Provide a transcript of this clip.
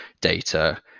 data